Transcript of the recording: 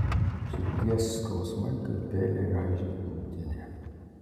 širdies skausmai kaip peiliai raižė krūtinę